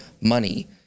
money